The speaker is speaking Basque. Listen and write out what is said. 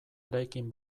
eraikin